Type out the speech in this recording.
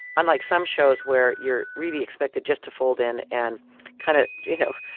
unlike some shows where you're really expected just to fold in and kind of, you know,